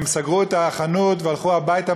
הם סגרו את החנות והלכו הביתה,